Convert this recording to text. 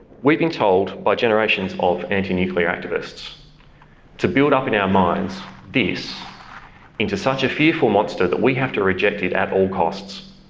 we've been told by generations of anti-nuclear activists to build up in our minds this into such a fearful monster that we have to reject it at all costs.